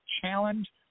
challenge